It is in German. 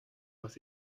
was